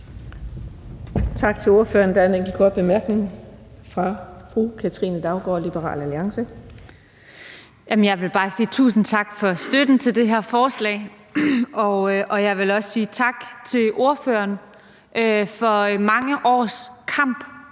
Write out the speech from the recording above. Tak til ordføreren. Der er en enkelt kort bemærkning fra fru Katrine Daugaard, Liberal Alliance. Kl. 10:40 Katrine Daugaard (LA): Jeg vil bare sige tusind tak for støtten til det her forslag. Og jeg vil også sige tak til ordføreren for mange års kamp